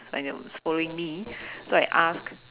like it was following me so I asked